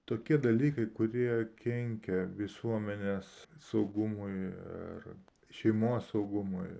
tokie dalykai kurie kenkia visuomenės saugumui ir šeimos saugumui